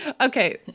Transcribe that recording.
okay